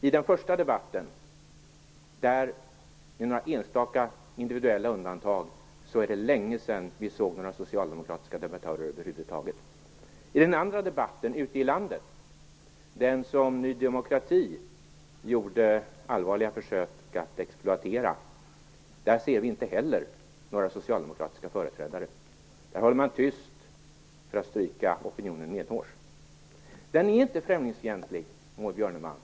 I den första debatten, med några enstaka individuella undantag, är det länge sedan vi såg några socialdemokratiska debattörer över huvud taget. I den andra debatten ute i landet, den som Ny demokrati gjorde allvarliga försök att exploatera, ser vi inte heller några socialdemokratiska företrädare. Där håller man tyst för att stryka opinionen medhårs. Den debatten är inte främlingsfientlig, Maud Björnemalm.